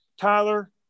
Tyler